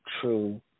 true